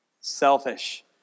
selfish